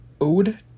Ode